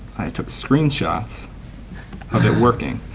i took screen shots of it working.